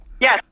yes